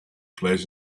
plays